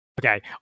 Okay